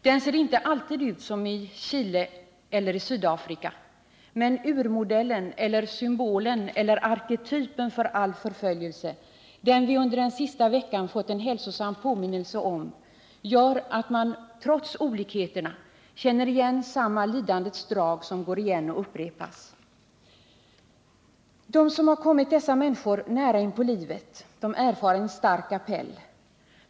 Den ser inte alltid ut som i Chile eller i Sydafrika, men urmodellen eller symbolen — eller arketypen -— för all förföljelse, som vi under den senaste veckan fått en hälsosam påminnelse om, gör att man trots olikheterna märker att det är samma lidandets drag som upprepas. De som har kommit dessa människor nära inpå livet erfar en stark appell.